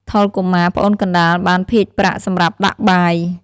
ថុល កុមារ (ប្អូនកណ្ដាល) បាន ភាជន៍ប្រាក់ សម្រាប់ដាក់បាយ។